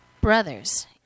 Brothers